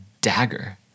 dagger